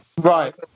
right